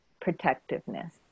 protectiveness